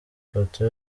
ifoto